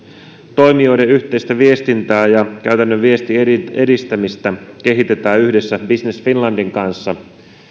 toimijoiden yhteistä viestintää ja käytännön viennin edistämistä kehitetään yhdessä business finlandin kanssa